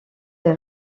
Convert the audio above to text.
des